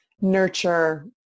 nurture